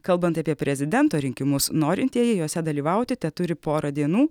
kalbant apie prezidento rinkimus norintieji juose dalyvauti teturi porą dienų